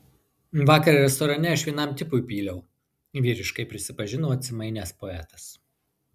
vakar restorane aš vienam tipui pyliau vyriškai prisipažino atsimainęs poetas